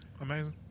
amazing